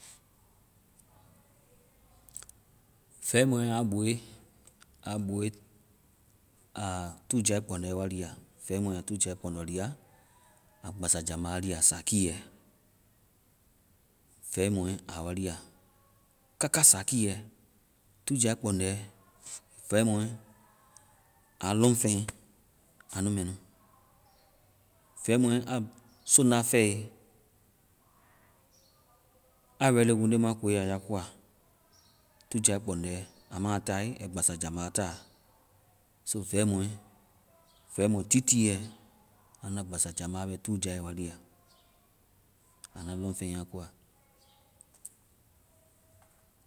Vɛi mɔɛ aa boe. Aa boe. Aa tu jae kpɔŋdɛ wa lia. Vɛi mɔɛ aa tu jae kpɔŋdɛ lia. Aa gbasajamba lia. Sakiiɛ! Vɛi mɔɛ aa wa lia. Kaka sakiiɛ! Tu jae kpɔŋdɛ. Vɛi mɔɛ aa lɔŋfeŋ a nu mɛ nu. Vɛi mɔɛ aa soŋda fɛe aa ready wundema koe ya, ya koa, tu jae kpɔŋdɛ. Aa ma tae, ai gbasajamba taa. So vɛi mɔɛ, vɛi mo tiitiiɛ, anda gbasajamba bɛ tu jae wa lia anua lɔŋfeŋ a koa.